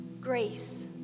grace